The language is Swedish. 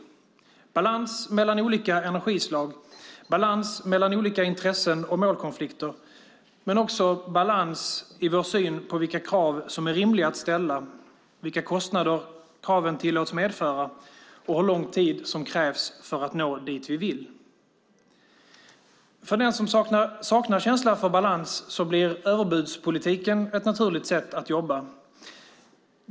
Det handlar om balans mellan olika energislag, balans mellan olika intressen och målkonflikter men också balans i vår syn på vilka krav som är rimliga att ställa, vilka kostnader kraven tillåts medföra och hur lång tid som krävs för att nå dit vi vill. För den som saknar känsla för balans blir överbudspolitiken ett naturligt sätt att jobba.